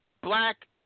black